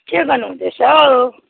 के गर्नु हुँदैछ हौ